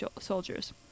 soldiers